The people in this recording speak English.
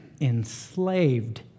enslaved